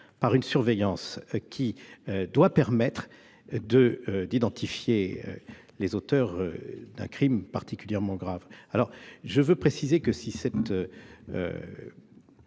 par une surveillance qui doit permettre d'identifier les auteurs d'un crime particulièrement grave. Je veux préciser que si cette